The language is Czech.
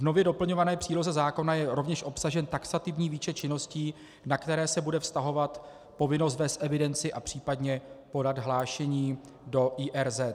V nově doplňované příloze zákona je rovněž obsažen taxativní výčet činností, na které se bude vztahovat povinnost vést evidenci a případně podat hlášení o IRZ.